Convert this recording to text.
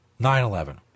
9-11